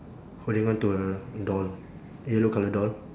holding on to a doll yellow colour doll